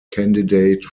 candidate